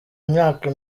imyaka